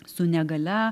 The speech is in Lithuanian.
su negalia